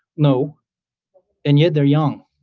no and yet, they're young.